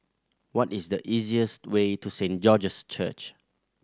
what is the easiest way to Saint George's Church